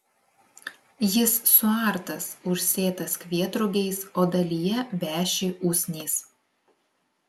jis suartas užsėtas kvietrugiais o dalyje veši usnys